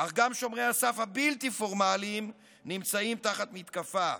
אך גם שומרי הסף הבלתי-פורמליים נמצאים תחת מתקפה,